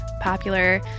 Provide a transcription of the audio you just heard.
popular